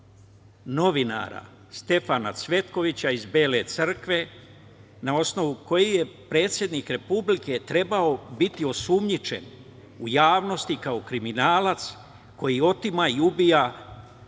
novinara Stefana Cvetkovića iz Bele Crkve na osnovu kojih je predsednik Republike trebao biti osumnjičen kao kriminalac, koji otima i ubija